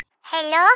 Hello